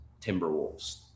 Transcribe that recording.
Timberwolves